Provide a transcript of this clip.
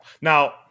now